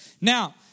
Now